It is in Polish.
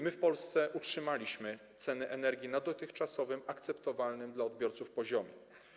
My w Polsce utrzymaliśmy ceny energii na dotychczasowym, akceptowalnym dla odbiorców poziomie.